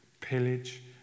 pillage